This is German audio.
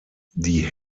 die